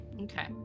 okay